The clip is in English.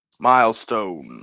Milestone